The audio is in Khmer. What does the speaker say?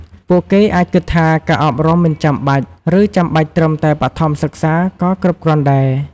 ពួកគេអាចគិតថា ការអប់រំមិនចាំបាច់ ឬចាំបាច់ត្រឹមតែបឋមសិក្សាក៏គ្រប់គ្រាន់ដែរ។